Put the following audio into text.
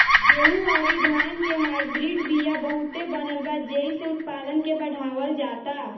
गेंहू अउरी धान के हाईब्रिड बिया बहुते बनल बा जेइसे उत्पादन के बढ़ावल जाता